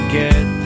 get